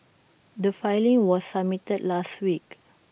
the filing was submitted last week